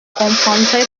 comprendrait